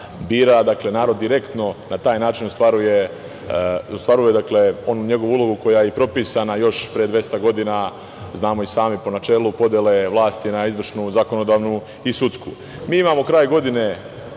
bira. Dakle, narod direktno na taj način ostvaruje onu njegovu ulogu koja je propisana još pre 200 godina, znamo i sami po načelu podele vlasti na izvršnu, zakonodavnu i sudsku. Mi imamo, kraj godine